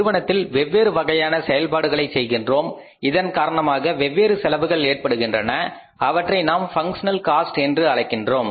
நிறுவனத்தில் வெவ்வேறு வகையான செயல்பாடுகளைச் செய்கின்றோம் இதன் காரணமாக வெவ்வேறு செலவுகள் ஏற்படுகின்றன அவற்றை நாம் பங்க்ஷனல் காஸ்ட் என்று அழைக்கின்றோம்